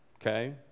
okay